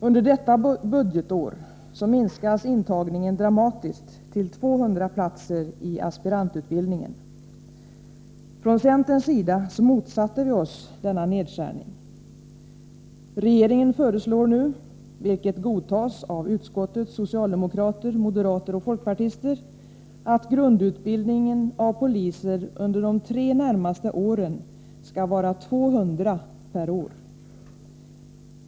Under detta budgetår minskas intagningen dramatiskt till 200 platser i aspirantutbildningen. Från centerns sida motsatte vi oss denna nedskärning. Regeringen föreslår nu, vilket godtas av utskottets socialdemokrater, moderater och folkpartister, att grundutbildningen av poliser under de tre närmaste åren skall vara 200 per år.